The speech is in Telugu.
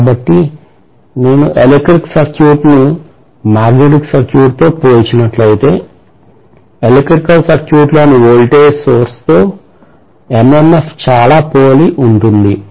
కాబట్టి నేను ఎలక్ట్రికల్ సర్క్యూట్ను మాగ్నెటిక్ సర్క్యూట్తో పోల్చినట్లయితే ఎలక్ట్రికల్ సర్క్యూట్లోని వోల్టేజ్ సోర్స్తో MMF చాలా పోలి ఉంటుంది